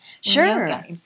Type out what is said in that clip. Sure